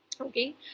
okay